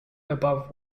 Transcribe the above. above